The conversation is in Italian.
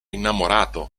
innamorato